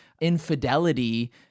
infidelity